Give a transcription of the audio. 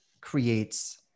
creates